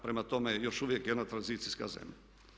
Prema tome, još uvijek jedna tranzicijska zemlja.